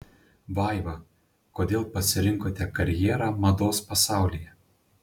vaiva kodėl pasirinkote karjerą mados pasaulyje